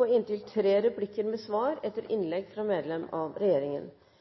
på inntil tre replikker med svar etter innlegg fra medlem av regjeringen